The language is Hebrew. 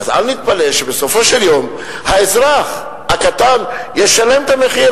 אז אל נתפלא אם בסופו של יום האזרח הקטן ישלם את המחיר,